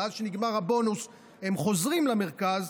ואז כשנגמר הבונוס הם חוזרים למרכז,